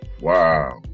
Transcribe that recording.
wow